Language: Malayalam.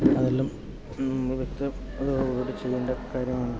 അതെല്ലാം ഒരു വ്യക്തതയോടെ കൂടി ചെയ്യേണ്ട കാര്യങ്ങളാണ്